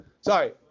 Sorry